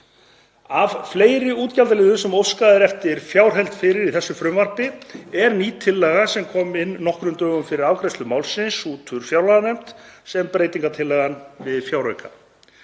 Af fleiri útgjaldaliðum sem óskað er eftir fjárheimild fyrir í þessu frumvarpi er ný tillaga sem kom inn nokkrum dögum fyrir afgreiðslu málsins út úr fjárlaganefnd sem breytingartillaga við fjárauka.